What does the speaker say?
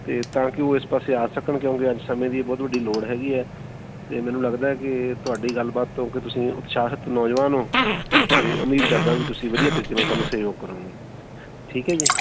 ਅਤੇ ਤਾਂ ਕਿ ਉਹ ਇਸ ਪਾਸੇ ਆ ਸਕਣ ਕਿਉਂਕਿ ਅੱਜ ਸਮੇਂ ਦੀ ਬਹੁਤ ਵੱਡੀ ਲੋੜ ਹੈਗੀ ਹੈ ਅਤੇ ਮੈਨੂੰ ਲੱਗਦਾ ਕਿ ਤੁਹਾਡੀ ਗੱਲਬਾਤ ਤੋਂ ਕਿ ਤੁਸੀਂ ਉਤਸ਼ਾਹਿਤ ਨੌਜਵਾਨ ਹੋ ਅਤੇ ਉਮੀਦ ਕਰਦਾ ਵੀ ਤੁਸੀਂ ਵਧੀਆ ਤਰੀਕੇ ਨਾਲ ਸਾਨੂੰ ਸਹਿਯੋਗ ਕਰੋਗੇ ਠੀਕ ਹੈ ਜੀ